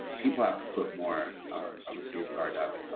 people have to put more of a safeguard up.